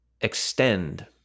extend